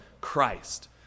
Christ